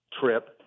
trip